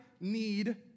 need